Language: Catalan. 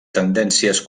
tendències